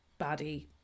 baddie